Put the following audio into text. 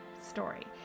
story